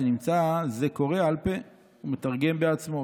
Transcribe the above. שנמצא זה קורא על פה" הוא מתרגם בעצמו,